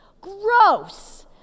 gross